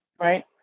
Right